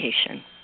education